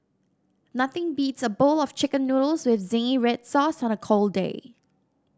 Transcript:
nothing beats a bowl of Chicken Noodles with zingy red sauce on a cold day